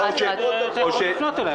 אתה יכול לפנות אלי,